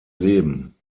leben